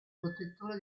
protettore